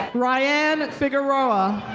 ryann figueroa.